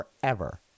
forever